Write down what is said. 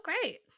great